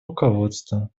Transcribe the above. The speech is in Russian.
руководства